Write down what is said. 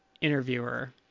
interviewer